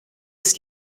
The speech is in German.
ist